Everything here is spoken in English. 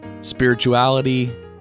Spirituality